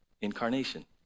Incarnation